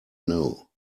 know